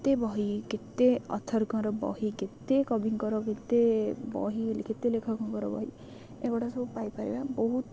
କେତେ ବହି କେତେ ଅଥର୍ଙ୍କର ବହି କେତେ କବିଙ୍କର କେତେ ବହି କେତେ ଲେଖକଙ୍କର ବହି ଏଗୁଡ଼ା ସବୁ ପାଇପାରିବା ବହୁତ